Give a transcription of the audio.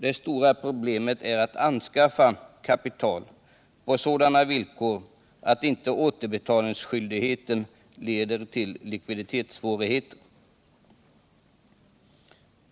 Det stora problemet är att anskaffa kapital på sådana villkor att inte återbetalningsskyldigheten leder till likviditetssvårigheter.